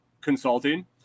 consulting